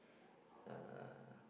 uh